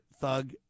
thug